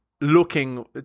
looking